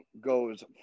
goes